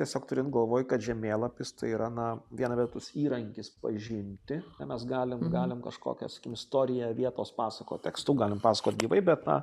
tiesiog turint galvoj kad žemėlapis tai yra na viena vertus įrankis pažinti mes galim galim kažkokią sakykim istoriją vietos pasakot tekstu galim pasakot gyvai bet na